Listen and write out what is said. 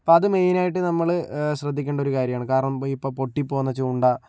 അപ്പോൾ അത് മെയിൻ ആയിട്ട് നമ്മള് ശ്രദ്ധിക്കേണ്ട ഒരു കാര്യമാണ് കാരണം ഇപ്പോൾ പൊട്ടിപ്പോകുന്ന ചൂണ്ട